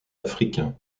africain